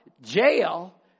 jail